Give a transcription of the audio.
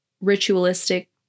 ritualistic